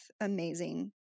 amazing